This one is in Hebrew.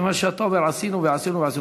כיוון שאתה אומר "עשינו" ו"עשינו".